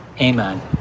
Amen